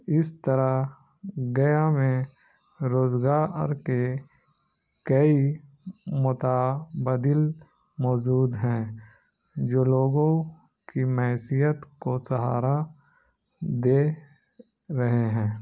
اس طرح گیا میں روزگارر کے کئی متبدل موزود ہیں جو لوگوں کی میثیت کو سہارا دے رہے ہیں